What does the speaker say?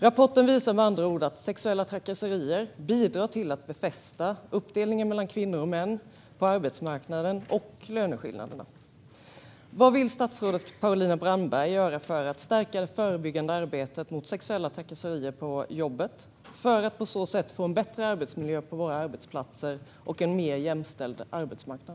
Rapporten visar med andra ord att sexuella trakasserier bidrar till att befästa både uppdelningen mellan kvinnor och män på arbetsmarknaden och löneskillnaderna. Vad vill statsrådet Paulina Brandberg göra för att stärka det förebyggande arbetet mot sexuella trakasserier på jobbet för att på så sätt få en bättre arbetsmiljö på våra arbetsplatser och en mer jämställd arbetsmarknad?